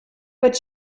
what